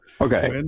Okay